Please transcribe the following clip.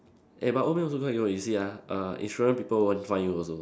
eh but old man also quite good you see ah err insurance people won't find you also